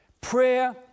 Prayer